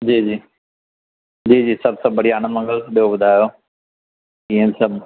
जी जी जी जी सभु बढ़िया आनंद मंगल ॿियो ॿुधायो कीअं आहिनि सभु